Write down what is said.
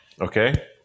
okay